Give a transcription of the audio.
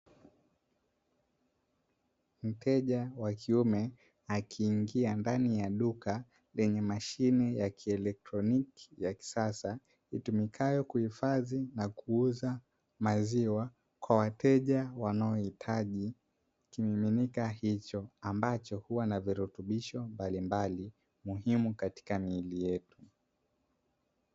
Mteja wakiume akiingia katika duka lenye mashine ya kieletroniki ya kisasa, itumikayo kuhifadhi na kuuza maziwa kwa wateja, wanaohitaji kimiminika hicho, ambacho huwa na virutubisho mbalimbali muhimu katika miili yetu.